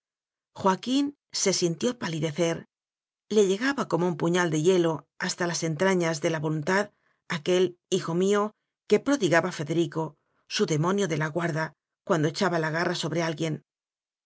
joaquín se sintió palidecer le llegaba como un puñal de hielo hasta las entrañas de la voluntad aquel hijo mío que prodi gaba federico su demonio de la guarda cuando echaba la garra sobre alguien